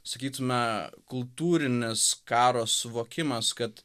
sakytume kultūrinis karo suvokimas kad